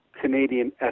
Canadian